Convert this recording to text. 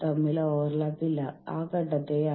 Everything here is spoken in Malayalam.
വീണ്ടും ഞാൻ നിങ്ങൾക്ക് സ്ലൈഡുകൾ തരാം